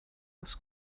was